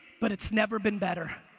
but it's never been better.